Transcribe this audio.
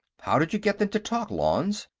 how did you get them to talk, lanze?